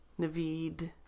Naveed